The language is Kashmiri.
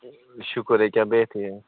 شُکُر یہِ کیٛاہ بِہتھٕے حظ